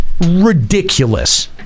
ridiculous